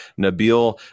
Nabil